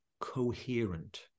coherent